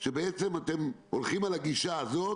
זה שבעצם אתם הולכים על הגישה הזאת